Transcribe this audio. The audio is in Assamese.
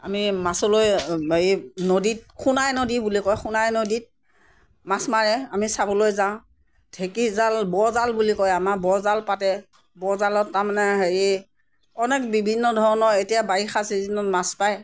আমি মাছলৈ এই নদীত সোণাই নদী বুলি কয় সোণাই নদীত মাছ মাৰে আমি চাবলৈ যাওঁ ঢেঁকীজাল বৰজাল বুলি কয় আমাৰ বৰজাল পাতে বৰজালত তাৰ মানে হেৰি অনেক বিভিন্ন ধৰণৰ এতিয়া বাৰিষা চিজনত মাছ পায়